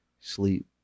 sleep